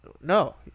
No